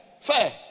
Fair